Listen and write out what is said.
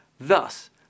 Thus